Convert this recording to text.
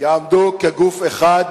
יעמדו כגוף אחד